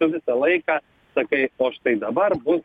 tu visą laiką sakai o štai dabar bus